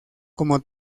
como